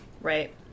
Right